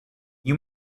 you